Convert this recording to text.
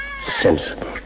Sensible